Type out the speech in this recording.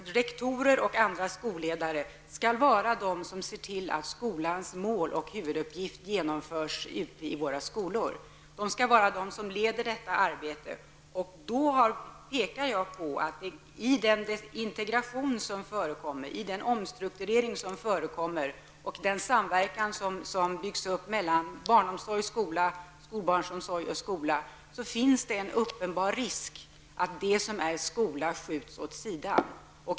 Rektorer och andra skolledare skall vara de som ser till att skolans mål och huvuduppgift genomförs ute i våra skolor. De skall vara de som leder detta arbete. Jag har pekat på att det i och med den integration och den omstrukturering som förekommer och i och med den samverkan som byggs upp mellan barnomsorg, skola, skolbarnsomsorg och skola finns en uppenbar risk att det som är skola skjuts åt sidan.